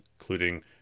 including